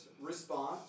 response